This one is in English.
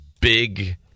big